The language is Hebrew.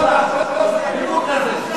אתה לא יכול להרשות את,